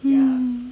mm